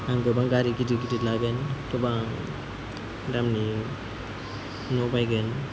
आं गोबां गारि गिदिर गिदिर लागोन गोबां दामनि न' बायगोन